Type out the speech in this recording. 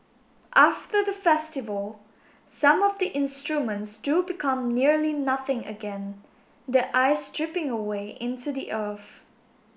after the festival some of the instruments do become nearly nothing again the ice dripping away into the earth